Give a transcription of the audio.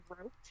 wrote